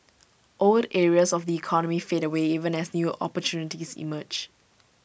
old areas of the economy fade away even as new opportunities emerge